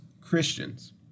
Christians